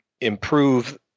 improve